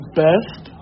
best